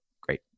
Great